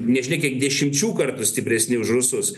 nežinia kiek dešimčių kartų stipresni už rusus